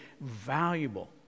valuable